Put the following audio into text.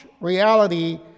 reality